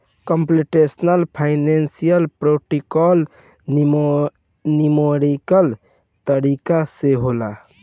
computational finance practical numerical तरीका से होला